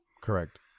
Correct